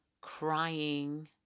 crying